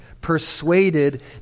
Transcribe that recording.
persuaded